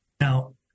Now